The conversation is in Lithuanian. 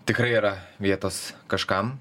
tikrai yra vietos kažkam